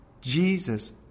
Jesus